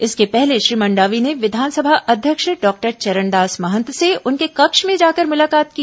इसके पहले श्री मंडावी ने विधानसभा अध्यक्ष डॉक्टर चरणदास महंत से उनके कक्ष में जाकर मुलाकात की